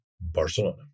Barcelona